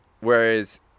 Whereas